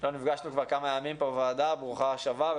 לא נפגשנו כבר כמה ימים פה בוועדה, ברוכה השבה.